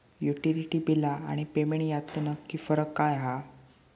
Utility बिला आणि payment यातलो नक्की फरक काय हा?